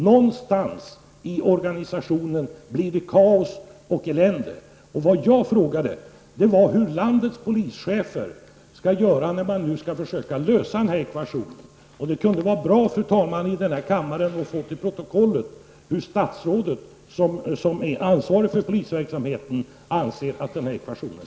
Någonstans i organisationen blir det kaos och elände. Jag frågade hur landets polischefer skall göra när de skall försöka lösa ekvationen. Det kunde, fru talman, vara bra om vi fick antecknat till kammarens protokoll hur statsrådet, som är ansvarig för polisverksamheten, anser att ekvationen skall lösas.